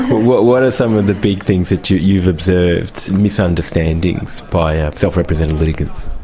what what are some of the big things that you've you've observed, misunderstandings by self-represented litigants?